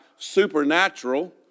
Supernatural